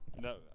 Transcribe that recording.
No